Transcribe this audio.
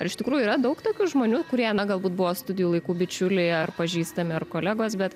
ar iš tikrųjų yra daug tokių žmonių kurie galbūt buvo studijų laikų bičiuliai ar pažįstami ar kolegos bet